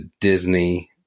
Disney